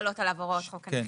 שחלות עליו הוראות חוק הנכים.